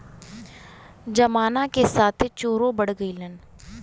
जमाना के साथे चोरो बढ़ गइलन